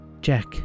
Jack